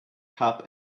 cup